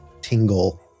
tingle